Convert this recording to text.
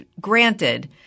granted